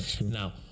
Now